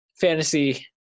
fantasy